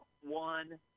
one